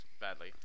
badly